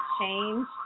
change